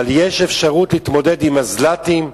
אבל יש אפשרות להתמודד עם מזל"טים,